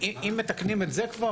אם מתקנים את זה כבר